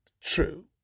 true